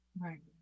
Right